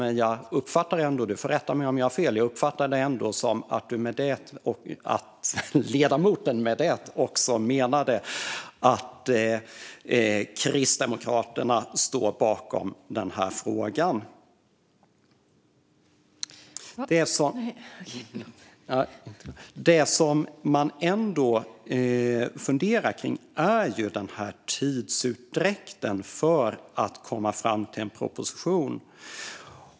Men jag uppfattar det ändå som att ledamoten - han får rätta mig om jag har fel - med detta också menar att Kristdemokraterna står bakom denna fråga. Det som jag ändå funderar på är denna tidsutdräkt för att komma fram till en proposition.